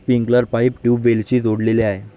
sprinkler pipe ट्यूबवेल्सशी जोडलेले आहे